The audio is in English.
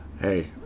hey